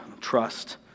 trust